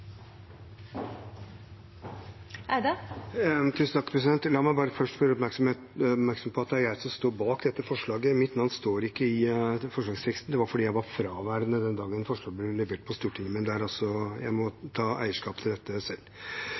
La meg først få gjøre oppmerksom på at det er jeg som står bak dette forslaget. Mitt navn står ikke i forslagsteksten, det er fordi jeg var fraværende den dagen forslagene ble levert på Stortinget, men jeg må ta eierskap til dette selv.